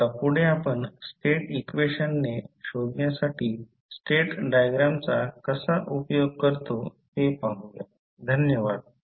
आता पुढे आपण स्टेट इक्वेशने शोधण्यासाठी स्टेट डायग्रामचा कसा उपयोग करतो ते पाहूया धन्यवाद